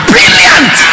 Brilliant